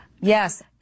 Yes